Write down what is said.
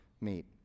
meet